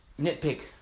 Nitpick